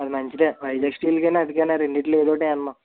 అది మంచిదే వైజాగ్ స్టీలు కాని అది కాని ఆ రెండిట్లో ఏదో ఒకటి వేద్దాం